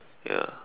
ya